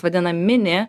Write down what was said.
vadinam mini